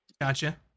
Gotcha